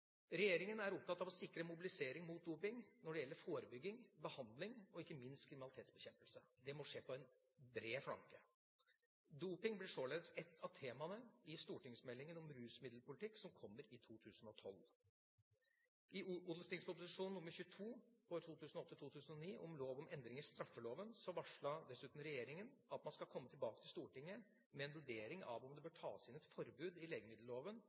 er opptatt av å sikre mobilisering mot doping når det gjelder forebygging, behandling og ikke minst kriminalitetsbekjempelse. Det må skje på en bred flanke. Doping blir således ett av temaene i stortingsmeldinga om rusmiddelpolitikk som kommer i 2012. I Ot.prp. nr. 22 for 2008–2009 om lov om endring i straffeloven varslet dessuten regjeringa at man skal komme tilbake til Stortinget med en vurdering av om det bør tas inn et forbud i legemiddelloven